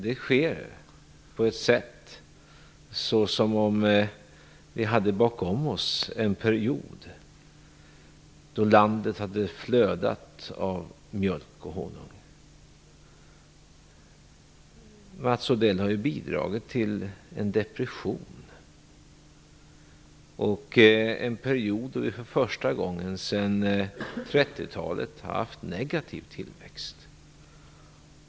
Detta sker på ett sätt som hade vi bakom oss en period då landet flödat av mjölk och honung. Mats Odell har bidragit till en depression och till en period då vi för första gången sedan 30-talet haft en negativ tillväxt.